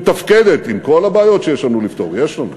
שמתפקדת, עם כל הבעיות שיש לנו לפתור, ויש לנו,